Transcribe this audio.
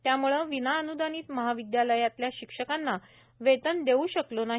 त्यामुळे विनाअनुदानित महाविदयालयांतल्या शिक्षकांना वेतन देऊ शकलो नाही